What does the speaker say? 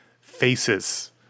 Faces